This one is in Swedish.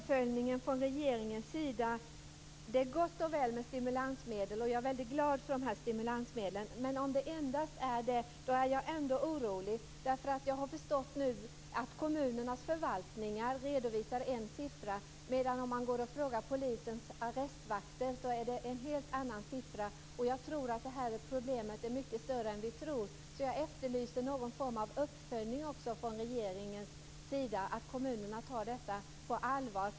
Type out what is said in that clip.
Fru talman! Det är gott och väl med stimulansmedel. Jag är väldigt glad för de här stimulansmedlen, men jag är ändå orolig. Jag har förstått att kommunernas förvaltningar redovisar en siffra, men om man frågar polisens arrestvakter får man en helt annan siffra. Jag tror att det här problemet är mycket större än vi anar. Jag efterlyser någon form av uppföljning från regeringen så att kommunerna tar detta på allvar.